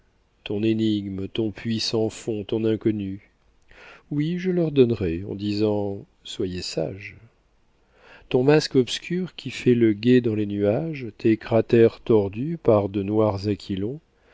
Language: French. ton énigme ton puits sans fond ton inconnu oui je leur donnerais en disant soyez sages ton masque obscur qui fait le guet dans les nuages tes cratères tordus par de noirs aquilons